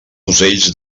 ocells